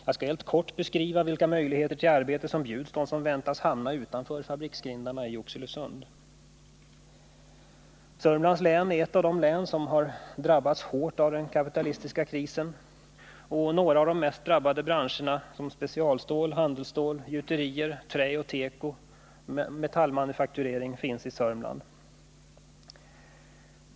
Jag skall helt kort beskriva vilka möjligheter till arbete som bjuds dem som nu väntas hamna utanför fabriksgrindarna i Oxelösund. Sörmlands län är ett av de län som har drabbats hårt av den kapitalistiska krisen. Några av de mest drabbade branscherna, såsom specialstål, handelstål, gjuterier, träoch tekoindustri samt metallmanufakturering, finns i länet.